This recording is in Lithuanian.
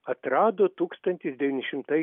atrado tūkstantis devyni šimtai